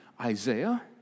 Isaiah